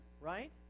right